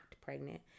pregnant